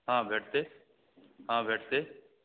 हँ भेटतै हँ भेटतै